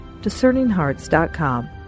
DiscerningHearts.com